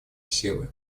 силы